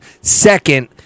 second